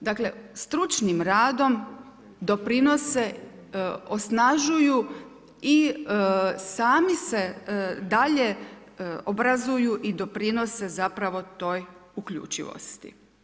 dakle stručnim radom doprinose, osnažuju i sami se dalje obrazuju i doprinose zapravo toj uključivosti.